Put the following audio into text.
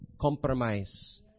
compromise